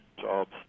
jobs